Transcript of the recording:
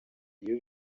iyo